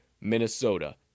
Minnesota